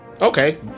Okay